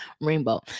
rainbow